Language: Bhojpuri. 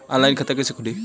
ऑनलाइन खाता कइसे खुली?